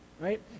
right